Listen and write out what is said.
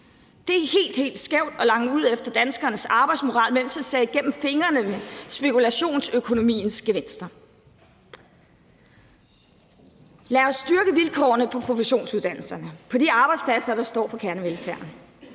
helt, helt skævt at lange ud efter danskernes arbejdsmoral, mens man ser igennem fingre med spekulationsøkonomiens gevinster. Lad os styrke vilkårene på professionsuddannelserne, på de arbejdspladser, der står for kernevelfærden.